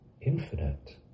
infinite